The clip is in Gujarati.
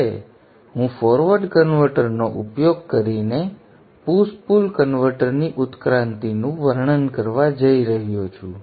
હવે હું ફોરવર્ડ કન્વર્ટરનો ઉપયોગ કરીને પુશ પુલ કન્વર્ટરની ઉત્ક્રાંતિનું વર્ણન કરવા જઇ રહ્યો છું